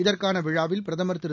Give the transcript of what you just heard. இதற்கான விழாவில் பிரதமர் திரு